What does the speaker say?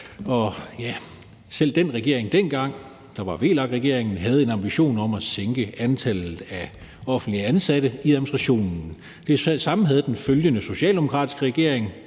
Selv regeringen dengang, der var VLAK-regeringen, havde en ambition om at sænke antallet af offentligt ansatte i administrationen. Det samme havde den følgende socialdemokratiske regering,